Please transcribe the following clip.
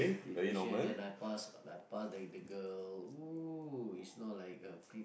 different shade then I pass I pass the the girl !ooh! is not like a pre~